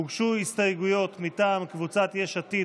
הוגשו הסתייגויות מטעם קבוצת סיעת יש עתיד,